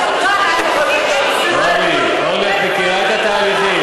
אף העובדה שהממשלה לא סיכמה את הדיון,